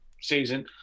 season